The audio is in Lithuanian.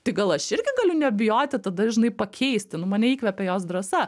tai gal aš irgi galiu nebijoti tad dažnai pakeisti nu mane įkvepia jos drąsa